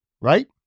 right